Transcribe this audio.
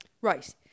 Right